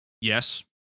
yes